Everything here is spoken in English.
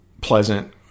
pleasant